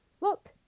look